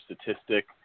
statistic